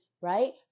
right